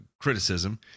criticism